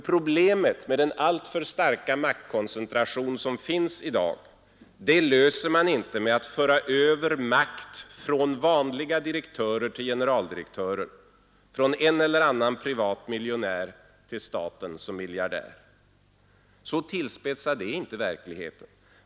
Problemet med den alltför starka maktkoncentration som finns i dag löser man inte med att föra över makt från vanliga direktörer till generaldirektörer, från en eller annan privat miljonär till staten som miljardär. Så tillspetsad är inte verkligheten.